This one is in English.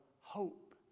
hope